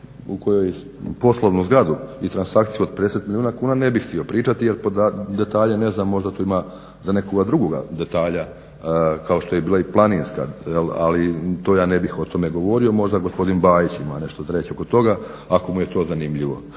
u kojoj, poslovnu zgradu i transakciju od 50 milijuna kuna ne bih htio pričati jer podaci, jer detalje ne znam, možda tu ima za nekoga drugoga detalja kao što je bila i Planinska, ali to ja ne bih o tome govorio. Možda gospodin Bajić ima nešto reći oko toga ako mu je to zanimljivo.